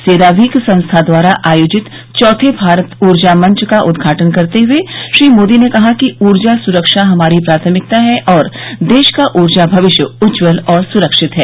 CERAWeek संस्था द्वारा आयोजित चौथे भारत ऊर्जा मंच का उदघाटन करते हुए श्री मोदी ने कहा कि ऊर्जा सुरक्षा हमारी प्राथमिकता है और देश का ऊर्जा भविष्य उज्जवल और सुरक्षित है